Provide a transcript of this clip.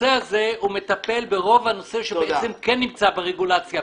הנושא הזה מטפל ברוב הנושאים שנמצאים ברגולציה,